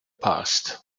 past